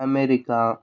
America